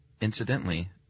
incidentally